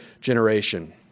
generation